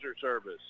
service